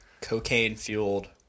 Cocaine-fueled